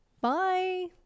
bye